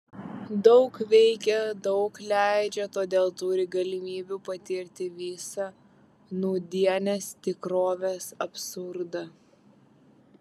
daug veikia daug leidžia todėl turi galimybių patirti visą nūdienės tikrovės absurdą